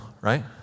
right